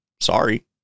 sorry